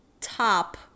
top